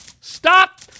Stop